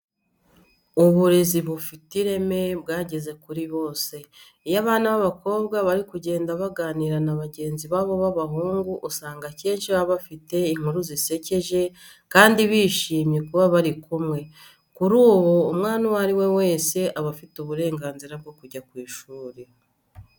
Uburezi bufite ireme bwageze kuri bose. Iyo abana b'abakobwa bari kugenda baganira na bagenzi babo b'abahungu usanga akenshi baba bafite inkuru zisekeje kandi bishimiye kuba bari kumwe. Kuri ubu, umwana uwo ari we wese aba afite uburenganzira bwo kujya ku ishuri.